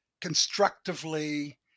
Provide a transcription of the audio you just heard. constructively